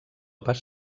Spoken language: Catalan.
pas